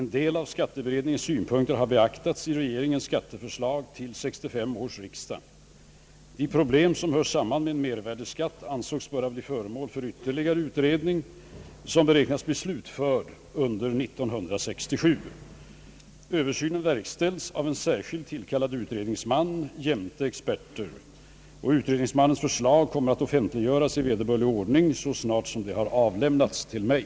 En del av skatteberedningens synpunkter har beaktats i regeringens skatteförslag till 1965 års riksdag. De problem som hör samman med en mervärdeskatt ansågs böra bli föremål för ytterligare utredning som beräknas bli slutförd under år 1967. Översynen verkställs av en särskild tillkallad utredningsman jämte experter. Utredningsmannens förslag kommer att offentliggöras i vederbörlig ordning så snart det avlämnats till mig.